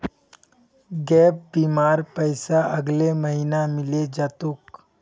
gap बीमार पैसा अगले महीने मिले जा तोक